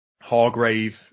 Hargrave